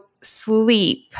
sleep